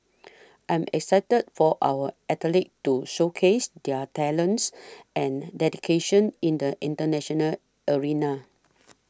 I am excited for our athletes to showcase their talents and dedication in the international arena